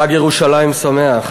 חג ירושלים שמח.